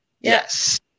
Yes